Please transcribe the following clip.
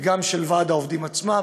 וגם של ועד העובדים עצמם.